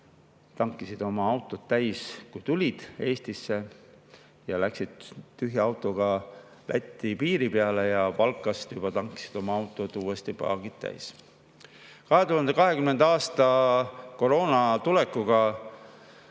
tankisid oma autod täis, kui tulid Eestisse, ja läksid tühja autoga Läti piiri peale ja Valkas juba tankisid oma autol uuesti paagi täis.2020. aastal koroona tuleku